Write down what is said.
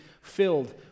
filled